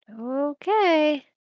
Okay